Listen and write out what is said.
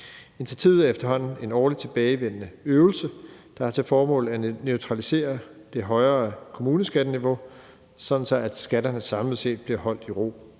Det er en efterhånden årligt tilbagevendende øvelse, der har til formål at neutralisere det højere kommuneskatteniveau, sådan at skatterne samlet set bliver holdt i ro.